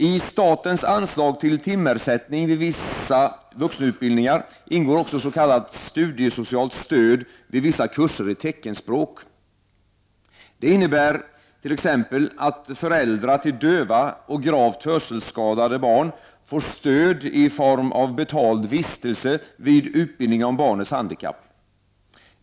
I statens anslag till timersättning vid vissa vuxenutbildningar ingår också s.k. studiesocialt stöd vid vissa kurser i teckenspråk. Det innebär t.ex. att föräldrar till döva och gravt hörselskadade barn får stöd i form av betald vistelse vid utbildning om barnets handikapp.